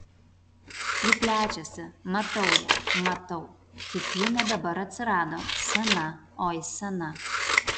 ji plečiasi matau ją matau tik ji ne dabar atsirado sena oi sena